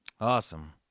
Awesome